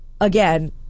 again